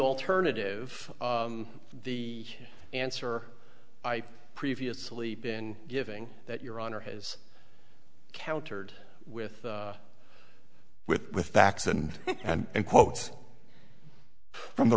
alternative the answer i previously been giving that your honor has countered with with with facts and and quotes from the